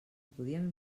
podíem